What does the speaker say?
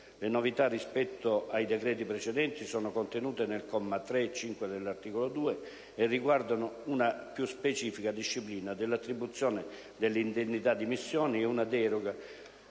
Le novità rispetto ai decreti precedenti sono contenute nei commi 3 e 5 dell'articolo 2 e riguardano una più specifica disciplina dell'attribuzione delle indennità di missione e una deroga